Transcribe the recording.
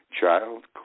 Child